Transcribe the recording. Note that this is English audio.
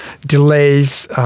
delays